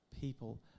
people